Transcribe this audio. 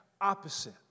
opposite